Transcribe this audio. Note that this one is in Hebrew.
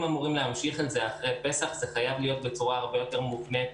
אם אמורים להמשיך עם זה אחרי פסח זה חייב להיות בצורה הרבה יותר מובנית,